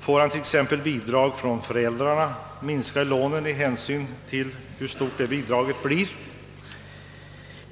Får han t.ex. bidrag från föräldrarna, minskar lånen med hänsyn till hur stort detta bidrag blir.